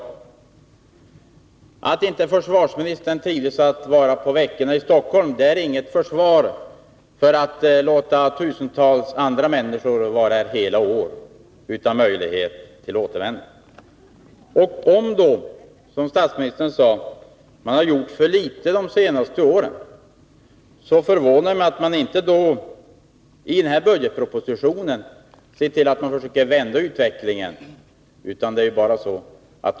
Det förhållandet att inte försvarsministern trivdes att vara i Stockholm under veckorna är inget försvar för att låta tusentals andra människor vara här hela året utan möjlighet till återvändo. Och om man då, som statsministern sade, har gjort för litet de senaste åren, förvånar det mig att regeringen inte försöker förändra utvecklingen genom att i budgetpropositionen anslå medel till förbättringar.